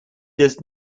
does